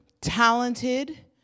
talented